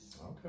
Okay